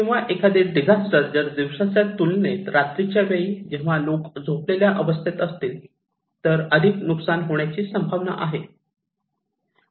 किंवा एखादी डिझास्टर जर दिवसाच्या तुलनेत रात्रीच्या वेळी जेव्हा लोक झोपलेल्या अवस्थेत असतील तर अधिक नुकसान होण्याची संभावना आहे